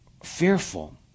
fearful